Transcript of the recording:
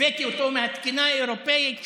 הבאתי אותו מהתקינה האירופית.